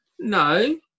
No